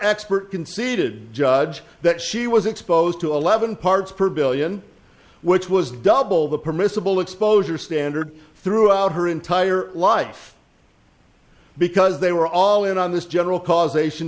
expert conceded judge that she was exposed to eleven parts per billion which was double the permissible exposure standard throughout her entire life because they were all in on this general causation